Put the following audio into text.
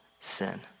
sin